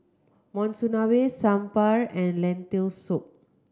Monsunabe Sambar and Lentil Soup